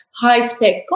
high-spec